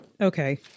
Okay